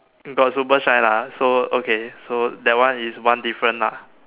got super shine lah so okay so that one is one different ah